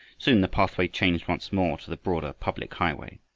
soon the pathway changed once more to the broader public highway.